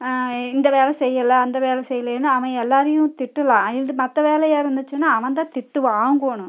இந்த வேலை செய்யலை அந்த வேலை செய்யலேன்னா அவன் எல்லோரையும் திட்டலாம் இது மற்ற வேலையாக இருந்துச்சுனால் அவன்தான் திட்டு வாங்கணும்